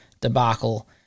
debacle